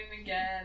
again